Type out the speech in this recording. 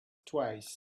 twice